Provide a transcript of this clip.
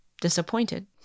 disappointed